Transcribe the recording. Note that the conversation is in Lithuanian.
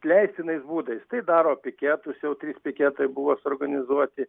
leistinais būdais tai daro piketus jau trys piketai buvo suorganizuoti